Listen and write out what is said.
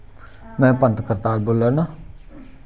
में पंत करतार बोल्ला ना